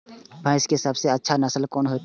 भैंस के सबसे अच्छा नस्ल कोन होते?